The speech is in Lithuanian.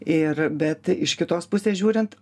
ir bet iš kitos pusės žiūrint